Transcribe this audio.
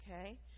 Okay